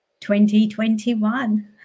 2021